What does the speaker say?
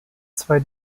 zwei